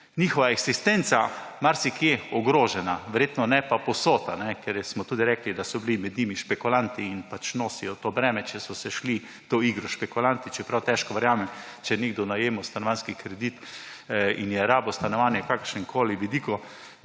njihova eksistenca marsikje ogrožena. Verjetno pa ne povsod, ker smo tudi rekli, da so bili med njimi špekulanti in pač nosijo to breme, če so se šli to igro špekulanti, čeprav težko verjamem, če je nekdo najemal stanovanjski kredit in je rabil stanovanje v kakršnemkoli vidiku,